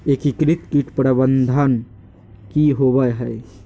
एकीकृत कीट प्रबंधन की होवय हैय?